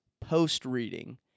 post-reading